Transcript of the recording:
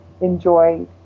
enjoy